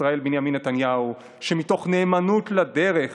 ישראל בנימין נתניהו: מתוך נאמנות לדרך